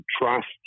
trust